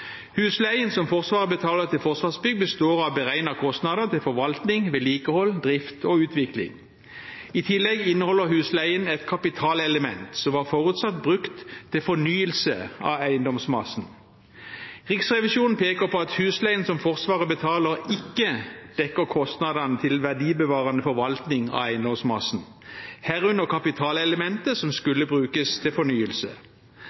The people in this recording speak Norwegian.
Husleien som Forsvaret betaler til Forsvarsbygg, består av beregnede kostnader til forvaltning, vedlikehold, drift og utvikling. I tillegg inneholder husleien et kapitalelement, som var forutsatt brukt til fornyelse av eiendomsmassen. Riksrevisjonen peker på at husleien som Forsvaret betaler, ikke dekker kostnadene til verdibevarende forvaltning av eiendomsmassen, herunder kapitalelementet som